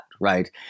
right